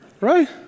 right